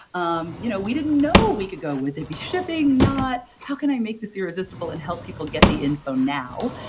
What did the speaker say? um you know we didn't know we could go with it, be shipping or not, how can i make this irresistible and help people get the info now.